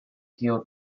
heal